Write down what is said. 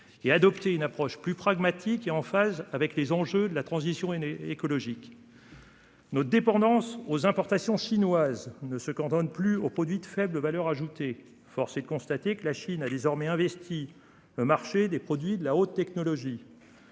Et adopter une approche plus pragmatique et en phase avec les enjeux de la transition est né écologique. Notre dépendance aux importations chinoises ne se cantonne plus aux produits de faible valeur ajoutée, force est de constater que la Chine a désormais investi le marché des produits de la haute technologie.